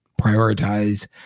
prioritize